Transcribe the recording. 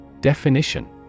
Definition